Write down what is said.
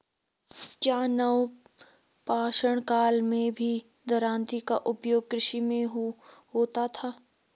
क्या नवपाषाण काल में भी दरांती का उपयोग कृषि में होता था?